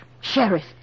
Sheriff